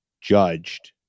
judged